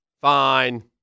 Fine